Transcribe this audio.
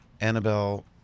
Annabelle